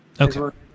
Okay